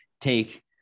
take